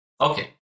Okay